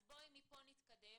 אז בואי מפה נתקדם.